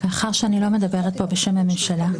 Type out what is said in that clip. אם הייתי מקבלת את האפשרות להשלים את המשפט רגע לפני שעצרת אותי,